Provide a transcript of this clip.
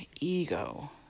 ego